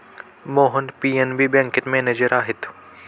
Mohan PNB बँकेत manager आहेत